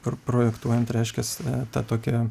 pr projektuojant reiškias a tą tokią